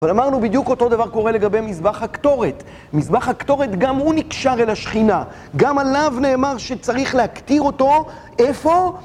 אבל אמרנו בדיוק אותו דבר קורה לגבי מזבח הקטורת מזבח הקטורת גם הוא נקשר אל השכינה גם עליו נאמר שצריך להקטיר אותו איפה?